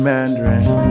Mandarin